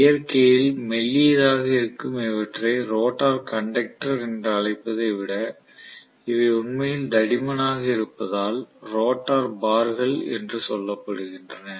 இயற்கையில் மெல்லியதாக இருக்கும் இவற்றை ரோட்டார் கண்டக்டர் என்று அழைப்பதை விட இவை உண்மையில் தடிமனாக இருப்பதால் ரோட்டார் பார்கள் என சொல்லப்படுகின்றன